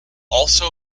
also